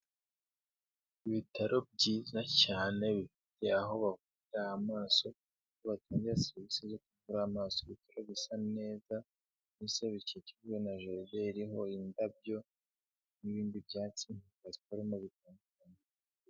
Ibitaro byiza cyane ya aho amaso batuya sesi zobura amaso uruta gusa neza n'se bikikijwe na geber ho indabyo n'ibindi byatsi bazimo bituma